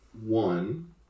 one